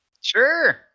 Sure